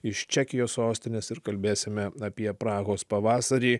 iš čekijos sostinės ir kalbėsime apie prahos pavasarį